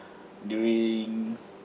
during